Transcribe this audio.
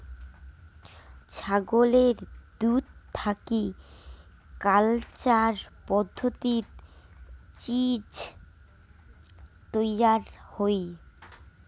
ছাগলের দুধ থাকি কালচার পদ্ধতিত চীজ তৈয়ার হই